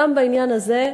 גם בעניין הזה,